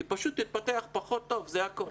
היא פשוט תתפתח פחות טוב, זה הכול.